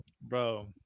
Bro